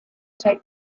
take